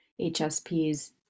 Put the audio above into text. HSPs